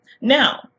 Now